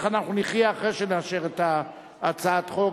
אנחנו נחיה אחרי שנאשר את הצעת החוק,